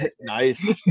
nice